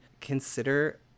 consider